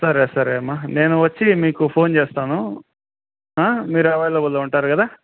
సరే సరే అమ్మా నేను వచ్చి మీకు ఫోన్ చేస్తాను మీరు అవైలబుల్లో ఉంటారు కదా